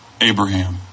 Abraham